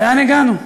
לאן הגענו?